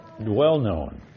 well-known